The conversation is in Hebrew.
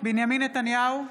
בנימין נתניהו,